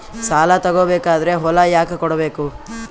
ಸಾಲ ತಗೋ ಬೇಕಾದ್ರೆ ಹೊಲ ಯಾಕ ಕೊಡಬೇಕು?